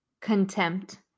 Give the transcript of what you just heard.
contempt